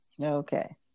Okay